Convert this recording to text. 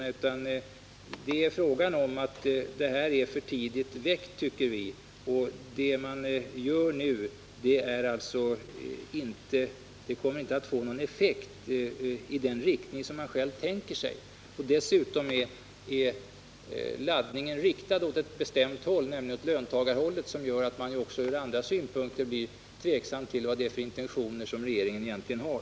Vi tycker att förslaget är för tidigt väckt, och det regeringen gör nu kommer inte att få någon effekt i den riktning som man tänker sig. Dessutom är laddningen riktad åt ett bestämt håll, nämligen åt löntagarhållet, vilket gör att man från andra synpunkter blir tveksam om vilka intentioner regeringen egentligen har.